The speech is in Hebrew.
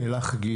שאלה חגית,